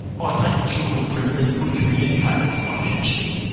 by taking children through being good communicators by pitching,